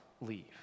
leave